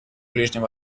ближнем